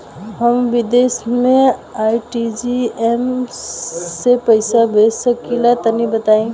हम विदेस मे आर.टी.जी.एस से पईसा भेज सकिला तनि बताई?